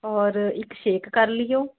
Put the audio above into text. ਔਰ ਇੱਕ ਸ਼ੇਕ ਕਰ ਲਿਓ